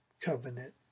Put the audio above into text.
covenant